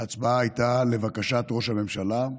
ההצבעה, לבקשת ראש הממשלה,